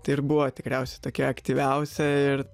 tai ir buvo tikriausiai tokia aktyviausia ir